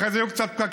אחרי זה היו קצת פקקים,